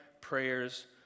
prayers